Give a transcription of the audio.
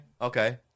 Okay